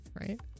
Right